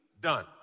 done